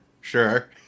Sure